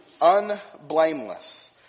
unblameless